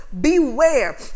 beware